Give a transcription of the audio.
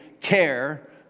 care